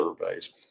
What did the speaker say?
surveys